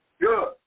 Good